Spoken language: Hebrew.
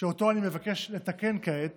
שאותו אני מבקש לתקן כעת